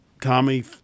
Tommy